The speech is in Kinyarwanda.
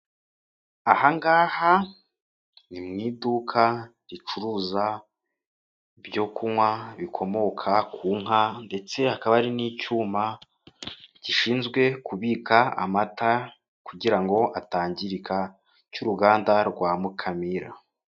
ahangaha ni mu iduka ricuruza ibyokunywa bikomoka ku nka ndetse akaba ari n'icyuma gishinzwe kubika amata kugira ngo atangirika cy'uruganda rwa Mukamira.